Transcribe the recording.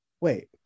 Wait